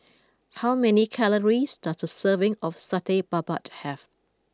how many calories does a serving of Satay Babat have